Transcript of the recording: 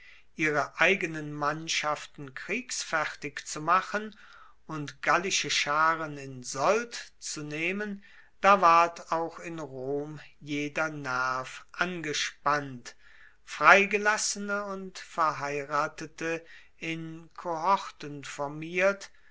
ihre eigenen mannschaften kriegsfertig zu machen und gallische scharen in sold zu nehmen da ward auch in rom jeder nerv angespannt freigelassene und verheiratete in kohorten formiert